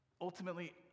ultimately